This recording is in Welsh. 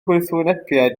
gwrthwynebiad